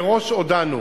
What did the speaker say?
מראש הודענו